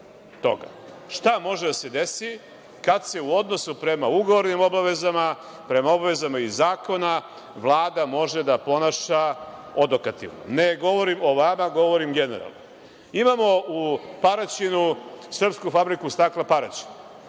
šta može da se desi kada se u odnosu prema ugovornim obavezama, prema obavezama iz zakona Vlada može da ponaša odokativno. Ne govorim o vama, govorim generalno. Imamo u Paraćinu Srpsku fabriku stakla Paraćin,